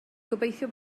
gobeithio